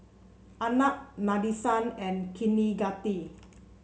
Arnab Nadesan and Kaneganti